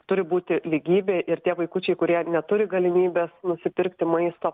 turi būti lygybė ir tie vaikučiai kurie neturi galimybės nusipirkti maisto